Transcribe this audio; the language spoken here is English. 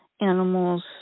animals